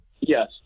yes